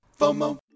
FOMO